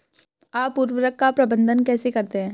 आप उर्वरक का प्रबंधन कैसे करते हैं?